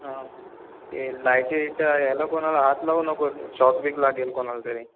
हां ते लायटीचं ह्याला कोणाला हात लावू नको शॉक बिक लागेल कोणाला तरी